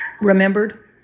remembered